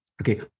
okay